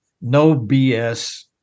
no-BS